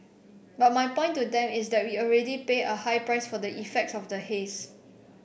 but my point to them is that we already pay a high price for the effects of the haze